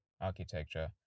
architecture